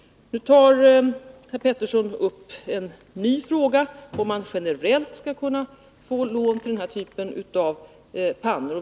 Nu tar Lennart Pettersson upp en ny fråga, om man generellt skall kunna få lån till den här typen av pannor.